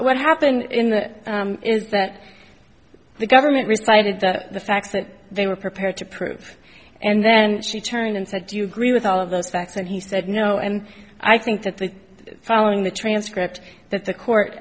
what happened in the is that the government responded that the facts that they were prepared to prove and then she turned and said do you agree with all of those facts and he said no and i think that the following the transcript that the court